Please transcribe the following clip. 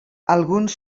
alguns